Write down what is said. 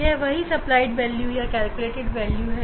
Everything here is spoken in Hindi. यह वही सप्लाइड वेल्यू या कैलकुलेटेड वेल्यू है